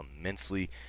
immensely